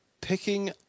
picking